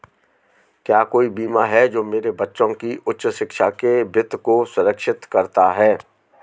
क्या कोई बीमा है जो मेरे बच्चों की उच्च शिक्षा के वित्त को सुरक्षित करता है?